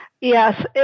Yes